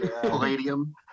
Palladium